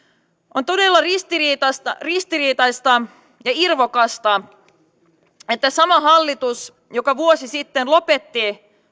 on todella ristiriitaista ristiriitaista ja irvokasta että sama hallitus joka vuosi sitten lopetti